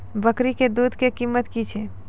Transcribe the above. बकरी के दूध के कीमत की छै?